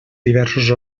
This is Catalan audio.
diversos